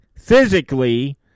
physically